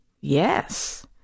Yes